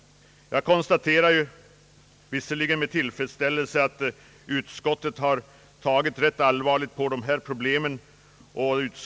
Jag konstaterar med tillfredsställelse att utskottet har tagit rätt allvarligt på dessa problem.